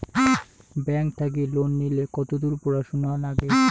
Bank থাকি loan নিলে কতদূর পড়াশুনা নাগে?